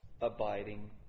abiding